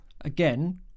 Again